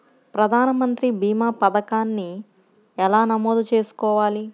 ప్రధాన మంత్రి భీమా పతకాన్ని ఎలా నమోదు చేసుకోవాలి?